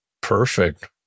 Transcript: Perfect